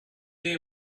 they